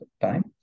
time